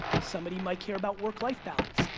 somebody might care about work-life balance.